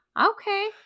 Okay